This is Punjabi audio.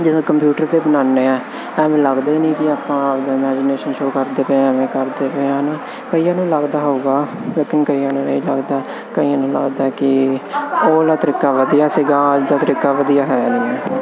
ਜਦਾ ਕੰਪਿਊਟਰ ਤੇ ਬਣਾਉਦੇ ਆ ਮੈਨੂੰ ਲੱਗਦਾ ਹੀ ਨਹੀਂ ਕਿ ਆਪਾਂ ਡੈਫੀਨੇਸ਼ਨ ਸ਼ੋ ਕਰਦੇ ਪਏ ਐਵੇਂ ਕਰਦੇ ਪਏ ਆ ਨਾ ਕਈਆਂ ਨੂੰ ਲੱਗਦਾ ਹੋਊਗਾ ਲੇਕਿਨ ਕਈਆਂ ਨੂੰ ਨਹੀਂ ਲੱਗਦਾ ਕਈਆਂ ਨੂੰ ਲੱਗਦਾ ਕਿ ਉਹ ਤਰੀਕਾ ਵਧੀਆ ਸੀਗਾ ਅੱਜ ਦਾ ਤਰੀਕਾ ਵਧੀਆ ਹੈ